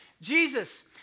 Jesus